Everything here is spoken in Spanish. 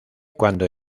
cuando